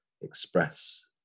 express